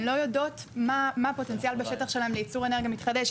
הן לא יודעות מה הפוטנציאל בשטח שלהן לייצור אנרגיה מתחדשת,